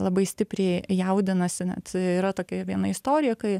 labai stipriai jaudinasi net yra tokia viena istorija kai